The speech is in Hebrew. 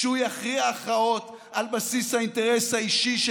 שהוא יכריע הכרעות על בסיס האינטרס האישי של